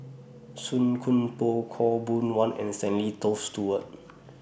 Song Koon Poh Khaw Boon Wan and Stanley Toft Stewart